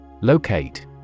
Locate